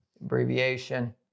abbreviation